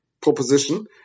proposition